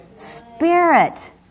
spirit